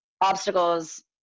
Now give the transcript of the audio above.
obstacles